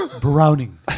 Browning